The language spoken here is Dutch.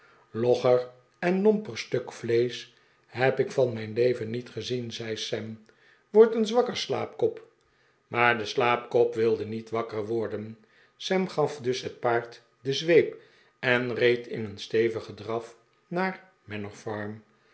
logger en lomper stiik vleesch heb ik van mijn leven niet gezien zei sam word eens wakker slaapkop maar de slaapkop wilde niet wakker worden sam gaf dus het paard de zweep en reed in een stevigen draf naar